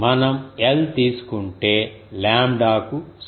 మనం l తీసుకుంటే లాంబ్డాకు సమానం